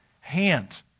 Hand